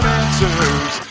answers